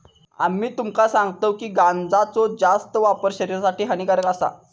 आम्ही तुमका सांगतव की गांजाचो जास्त वापर शरीरासाठी हानिकारक आसा